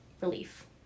relief